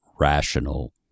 rational